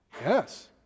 Yes